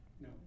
No